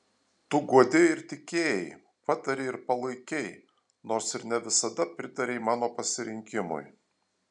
tu guodei ir tikėjai patarei ir palaikei nors ir ne visada pritarei mano pasirinkimui